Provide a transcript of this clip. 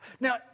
Now